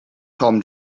tom